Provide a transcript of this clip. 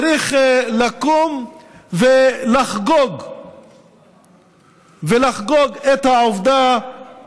צריך לקום ולחגוג את העובדה